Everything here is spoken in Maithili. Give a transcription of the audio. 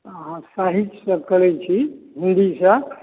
हॅं अहाँ साहित्य से करै छी हिन्दीसँ